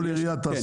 כן.